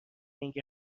اینکه